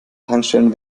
tankstellen